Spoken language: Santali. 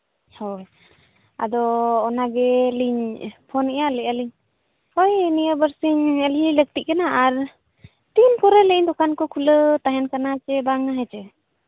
ᱦᱳᱭ ᱟᱫᱚ ᱚᱱᱟ ᱜᱮᱞᱤᱧ ᱯᱷᱳᱱᱮᱜᱼᱟ ᱞᱟᱹᱭᱮᱜᱼᱟ ᱞᱤᱧ ᱦᱳᱭ ᱱᱤᱭᱟᱹ ᱵᱟᱨ ᱥᱤᱧ ᱧᱮᱞ ᱱᱮᱜᱼᱮ ᱱᱤᱭᱟᱹ ᱞᱟᱹᱠᱛᱤᱜ ᱠᱟᱱᱟ ᱟᱨ ᱛᱤᱱ ᱠᱚᱨᱮ ᱫᱚᱠᱟᱱ ᱠᱚ ᱠᱷᱩᱞᱟᱹᱣ ᱛᱟᱦᱮᱱ ᱠᱟᱱᱟ ᱥᱮ ᱵᱟᱝ ᱦᱮᱸᱪᱮ